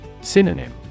Synonym